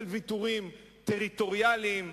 ויתורים טריטוריאליים,